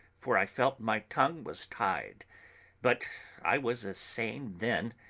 for i felt my tongue was tied but i was as sane then,